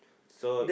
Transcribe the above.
so